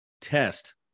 test